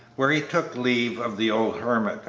where he took leave of the old hermit.